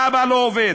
האבא לא עובד,